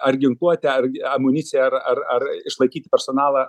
ar ginkluotę amuniciją ar ar išlaikyti personalą